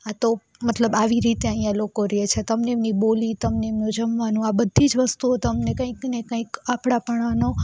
આ તો મતલબ આવી રીતે અહીંયા લોકો રહે છે તમને એમની બોલી તમને એમનું જમવાનું આ બધી જ વસ્તુઓ તમને કંઈક ને કંઈક આપણાપણાનો